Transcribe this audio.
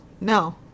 no